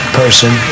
person